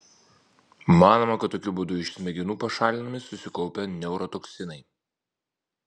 manoma kad tokiu būdu iš smegenų pašalinami susikaupę neurotoksinai